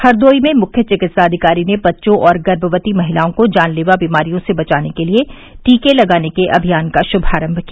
हरदोई में मुख्य विकित्साधिकारी ने बच्चों और गर्भवती महिलाओं को जानलेवा बीमारियों से बचाने के लिए टीके लगाने के अभियान का शुमारम किया